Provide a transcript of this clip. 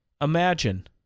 imagine